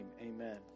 amen